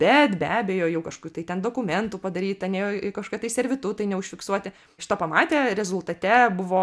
bet be abejo jau kažkur tai ten dokumentų padaryta ne į kažkokią tai servitutai neužfiksuoti iš to pamatė rezultate buvo